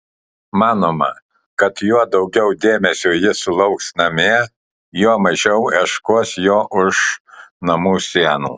manoma kad juo daugiau dėmesio jis sulauks namie juo mažiau ieškos jo už namų sienų